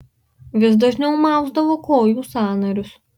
vis dažniau mausdavo kojų sąnarius